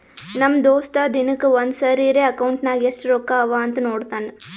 ನಮ್ ದೋಸ್ತ ದಿನಕ್ಕ ಒಂದ್ ಸರಿರೇ ಅಕೌಂಟ್ನಾಗ್ ಎಸ್ಟ್ ರೊಕ್ಕಾ ಅವಾ ಅಂತ್ ನೋಡ್ತಾನ್